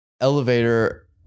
elevator